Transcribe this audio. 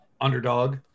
underdog